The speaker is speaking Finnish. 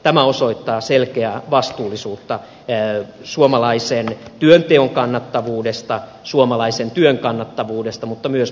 tämä osoittaa selkeää vastuullisuutta suomalaisen työnteon kannattavuudesta suomalaisen työn kannattavuudesta mutta myös maamme kilpailukyvystä